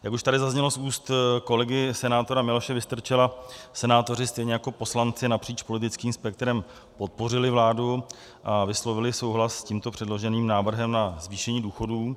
Jak už tady zaznělo z úst kolegy senátora Miloše Vystrčila, senátoři stejně jako poslanci napříč politickým spektrem podpořili vládu a vyslovili souhlas s tímto předloženým návrhem na zvýšení důchodů.